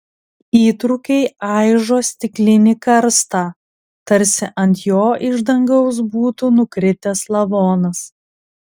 įtrūkiai aižo stiklinį karstą tarsi ant jo iš dangaus būtų nukritęs lavonas